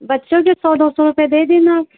बच्चों के सौ दो सौ रुपये दे देना